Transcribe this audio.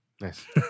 Nice